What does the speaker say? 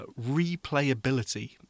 replayability